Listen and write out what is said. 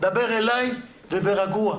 דבר אליי ורגוע.